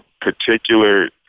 particular